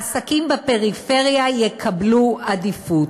העסקים בפריפריה יקבלו עדיפות.